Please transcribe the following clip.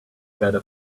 better